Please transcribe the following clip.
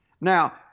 Now